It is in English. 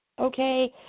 Okay